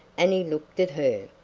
and he looked at her.